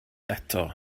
eto